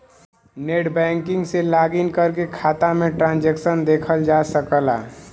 net banking से login करके खाता में ट्रांसैक्शन देखल जा सकला